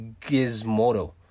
Gizmodo